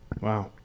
Wow